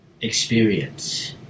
experience